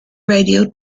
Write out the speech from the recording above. radio